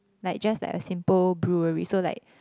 like just like a simple brewery so like